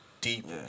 Deep